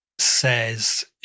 says